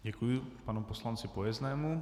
Děkuji panu poslanci Pojeznému.